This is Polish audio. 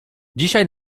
dzisiaj